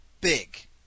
big